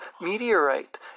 meteorite